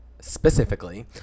specifically